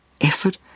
effort